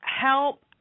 help